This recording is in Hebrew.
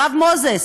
הרב מוזס,